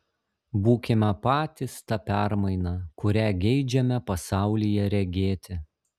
būkime patys ta permaina kurią geidžiame pasaulyje regėti